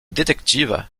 détective